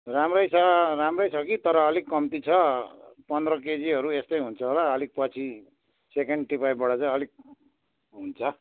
राम्रै छ राम्रै छ कि तर अलिक कम्ती छ पन्ध्र केजीहरू यस्तै हुन्छ होला अलिक पछि सेकेन्ड टिपाइबाट चाहिँ अलिक हुन्छ